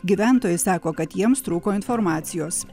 gyventojai sako kad jiems trūko informacijos